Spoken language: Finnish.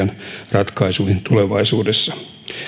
ratkaisuihin tulevaisuudessa